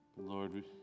Lord